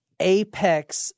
apex